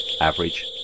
average